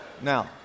Now